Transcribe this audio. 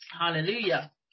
Hallelujah